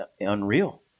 unreal